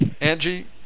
Angie